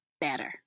better